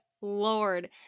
Lord